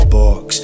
box